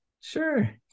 sure